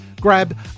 Grab